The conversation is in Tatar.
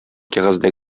кәгазьдә